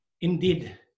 indeed